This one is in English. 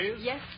Yes